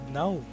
now